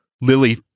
Lily